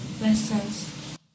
lessons